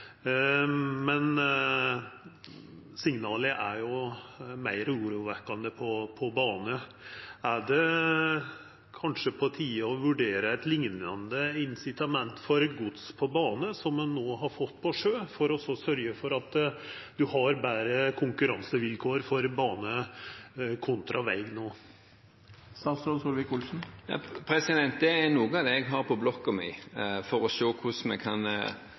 Men signalet er meir urovekkjande når det gjeld bane. Er det kanskje på tide å vurdera eit liknande incitament for gods på bane som det ein no har fått for gods på sjø, for å sørgja for at ein har betre konkurransevilkår for bane kontra for veg? Det er noe av det jeg har på blokken min, for å se på hvordan vi på ulike måter kan